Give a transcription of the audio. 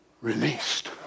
released